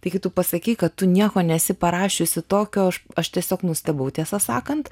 taigi tu pasakei kad tu nieko nesi parašiusi tokio aš aš tiesiog nustebau tiesą sakant